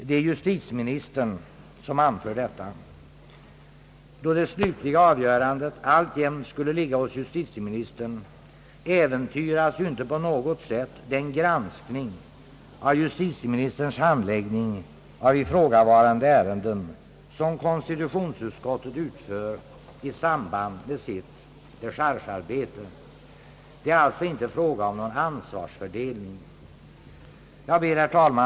Det är justitieministern som anför detta. Då det slutliga avgörandet alltjämt skulle ligga hos justitieministern, äventyras inte på något sätt den granskning av justitieministerns handläggning av ifrågavarande ärenden som konstitutionsutskottet utför i samband med sitt dechargearbete. Det är alltså inte fråga om någon ansvarsfördelning. Herr talman!